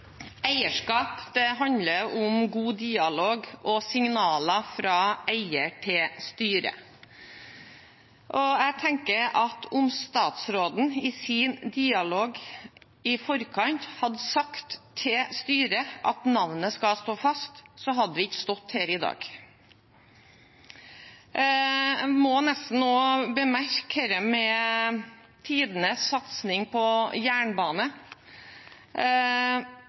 signaler fra eier til styret. Jeg tenker at om statsråden i sin dialog i forkant hadde sagt til styret at navnet skal stå fast, hadde vi ikke stått her i dag. Jeg må også bemerke dette med «tidenes satsing på jernbane».